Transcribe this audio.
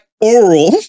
oral